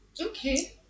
Okay